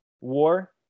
war